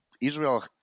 Israel